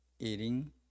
eating